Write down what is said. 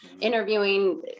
interviewing